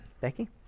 Becky